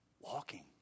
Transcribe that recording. Walking